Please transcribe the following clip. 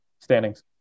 standings